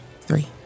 Three